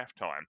halftime